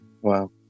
Wow